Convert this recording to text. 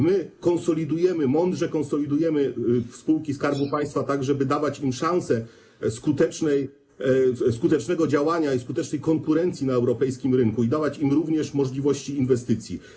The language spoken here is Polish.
My konsolidujemy, mądrze konsolidujemy spółki Skarbu Państwa, tak żeby dawać im szansę skutecznego działania i skutecznej konkurencji na europejskim rynku i dawać im również możliwości inwestycji.